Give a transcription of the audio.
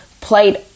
played